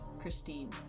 Christine